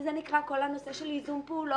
וזה מה שנקרא הנושא של ייזום פעולות.